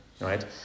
right